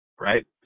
right